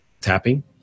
tapping